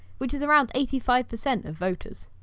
which is around eighty five percent of voters.